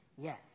Yes